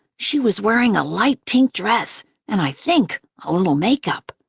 she was wearing a light pink dress and, i think, a little makeup.